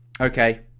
okay